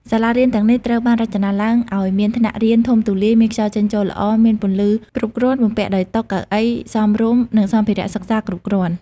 សាលារៀនទាំងនេះត្រូវបានរចនាឡើងឱ្យមានថ្នាក់រៀនធំទូលាយ មានខ្យល់ចេញចូលល្អ មានពន្លឺគ្រប់គ្រាន់ បំពាក់ដោយតុ កៅអី សមរម្យ និងសម្ភារៈសិក្សាគ្រប់គ្រាន់។